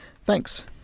Thanks